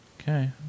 Okay